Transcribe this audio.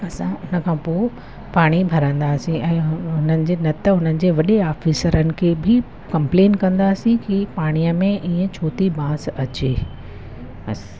असां हुन खां पोइ पाणी भरंदासीं ऐं हुननि जे न त हुननि जे वॾे आफ़ीसरनि खे बि कमप्लेन कंदासीं कि पाणीअ में इअं छो थी बांस अचे बसि